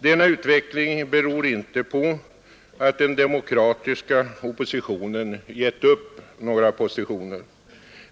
Denna utveckling beror inte på att den demokratiska oppositionen gett upp några positioner.